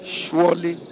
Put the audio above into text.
surely